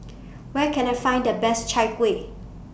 Where Can I Find The Best Chai Kuih